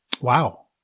Wow